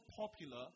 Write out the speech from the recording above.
popular